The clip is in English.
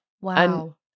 Wow